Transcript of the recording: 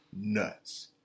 Nuts